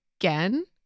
again